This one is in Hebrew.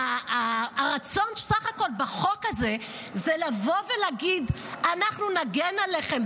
הרצון בחוק הזה הוא לבוא ולהגיד: אנחנו נגן עליכם,